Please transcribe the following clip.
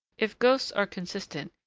if ghosts are consistent,